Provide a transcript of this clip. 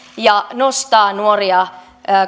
ja nostaa nuoria